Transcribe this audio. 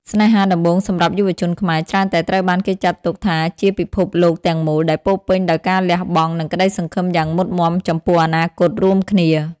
ស្នេហាដំបូងសម្រាប់យុវជនខ្មែរ ច្រើនតែត្រូវបានគេចាត់ទុកថាជាពិភពលោកទាំងមូល ដែលពោរពេញដោយការលះបង់ និងក្តីសង្ឃឹមយ៉ាងមុតមាំចំពោះអនាគតរួមគ្នា។